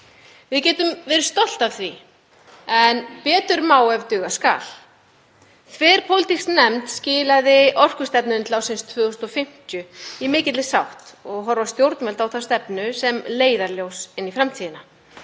Við getum verið stolt af því en betur má ef duga skal. Þverpólitísk nefnd skilaði orkustefnu til ársins 2050 í mikilli sátt og horfa stjórnvöld á þá stefnu sem leiðarljós inn í framtíðina.